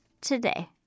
today